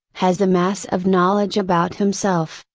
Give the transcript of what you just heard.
has a mass of knowledge about himself,